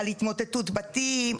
על התמוטטות בתים,